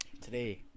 Today